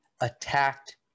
attacked